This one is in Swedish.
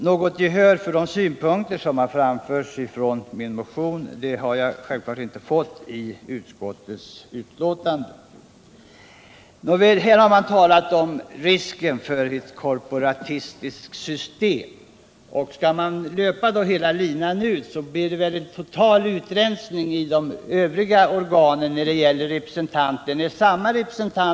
Något gehör för de synpunkter som framförts i min motion har jag inte fått i utskottets betänkande. Där har man i stället talat om risken för ett korporatistiskt system. Om man löper linan ut så blir det väl med detta förslag en total utrensning också i de övriga organen när det gäller representanter från fack och näringsliv.